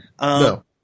No